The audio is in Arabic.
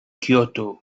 كيوتو